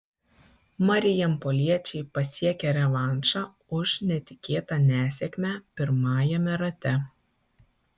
marijampoliečiai pasiekė revanšą už netikėtą nesėkmę pirmajame rate